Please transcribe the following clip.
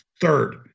third